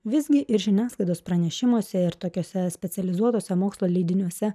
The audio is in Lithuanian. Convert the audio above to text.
visgi ir žiniasklaidos pranešimuose ir tokiuose specializuotuose mokslo leidiniuose